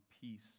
peace